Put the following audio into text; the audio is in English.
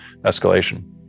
escalation